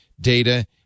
data